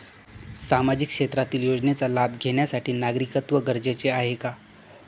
सामाजिक क्षेत्रातील योजनेचा लाभ घेण्यासाठी नागरिकत्व गरजेचे आहे का?